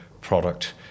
product